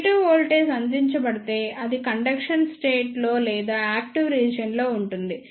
negative voltage అందించబడితే అది conduction state లో లేదా యాక్టీవ్ రీజియన్ లో ఉంటుంది